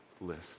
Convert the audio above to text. list